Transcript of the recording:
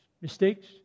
mistakes